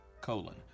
colon